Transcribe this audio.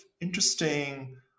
interesting